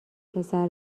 پسر